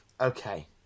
okay